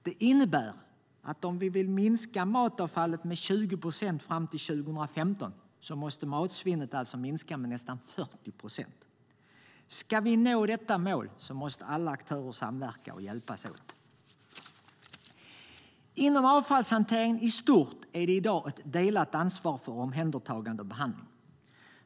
Det innebär att om vi vill minska matavfallet med 20 procent fram till år 2015 måste matsvinnet minska med nästan 40 procent. För att vi ska nå detta mål måste alla aktörer samverka, hjälpas åt. Inom avfallshanteringen i stort är det i dag ett delat ansvar för omhändertagande och behandling.